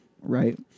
Right